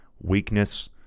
weakness